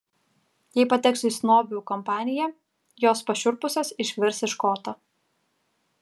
jei pateksiu į snobių kompaniją jos pašiurpusios išvirs iš koto